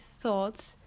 thoughts